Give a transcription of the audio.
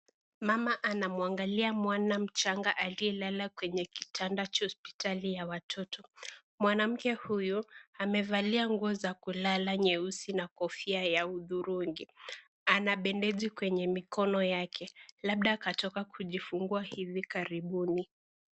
Mwana anamwangalia mwana mchanga aliyelala kwenye kitanda cha hospitali ya watoto. Mwanamke huyu amevalia nguo za kulala nyeusi na kofia ya hudhurungi. Ana bendeji kwenye mikono yake labda katoka kujifungua hivi karibuni.